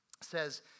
says